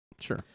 sure